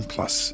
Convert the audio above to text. Plus